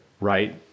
right